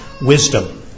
wisdom